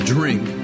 Drink